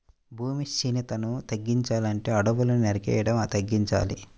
భూమి క్షీణతని తగ్గించాలంటే అడువుల్ని నరికేయడం తగ్గించాలి